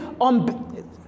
on